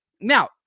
Now